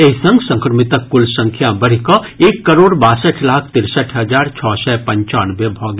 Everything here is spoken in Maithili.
एहि संग संक्रमितक कुल संख्या बढ़ि कऽ एक करोड़ बासठि लाख तिरसठि हजार छओ सय पंचानवे भऽ गेल